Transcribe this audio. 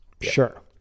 Sure